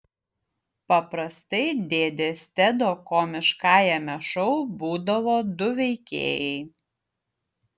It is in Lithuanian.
paprastai dėdės tedo komiškajame šou būdavo du veikėjai